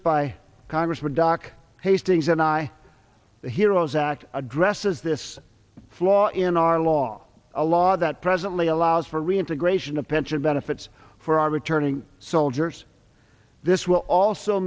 by congress but doc hastings and i the hero's act addresses this flaw in our law a law that presently allows for reintegration of pension benefits for our returning soldiers this will also